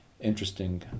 interesting